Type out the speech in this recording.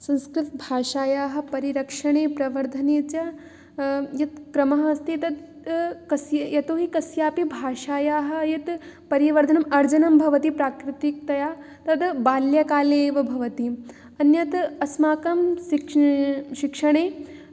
संस्कृतभाषायाः परिरक्षणे प्रवर्धने च यत् क्रमः अस्ति तद् यतोहि कस्यापि भाषायाः यद् परिवर्धनम् अर्जनं भवति प्राकृतिकतया तद् बाल्यकाले एव भवति अन्यत् अस्माकं शिक्ष् शिक्षणे